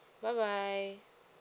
bye bye